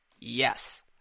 Yes